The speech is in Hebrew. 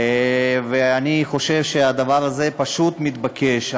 ואני חושב שהדבר הזה פשוט מתבקש.